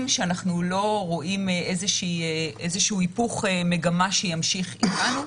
שאנחנו לא רואים היפוך מגמה שימשיך אתנו.